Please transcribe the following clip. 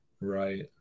Right